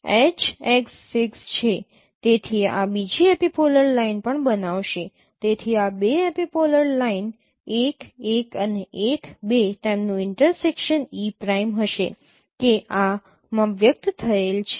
તેથી આ બીજી એપિપોલર લાઈન પણ બનાવશે તેથી આ બે એપિપોલર લાઈન l 1 અને l 2 તેમનું ઇન્ટરસેકશન e પ્રાઇમ હશે કે આમાં વ્યક્ત થયેલ છે